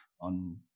on